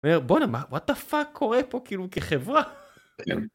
אומר, בואנה, what the fuck קורה פה, כאילו, כחברה?